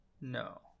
no